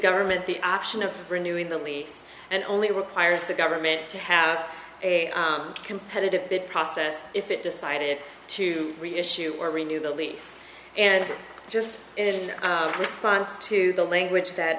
government the option of renewing the only and only requires the government to have a competitive bid process if it decided to reissue or renew the lease and just in response to the language that